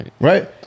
right